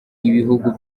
ibihugu